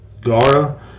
Gara